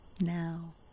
Now